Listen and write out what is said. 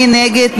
מי נגד?